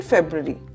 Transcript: February